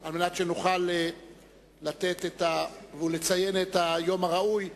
על מנת שנוכל לציין את היום הראוי.